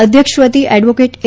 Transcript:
અધ્યક્ષ વતી એડવોકેટ એ